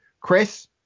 Chris